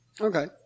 Okay